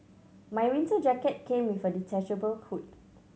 my winter jacket came with a detachable hood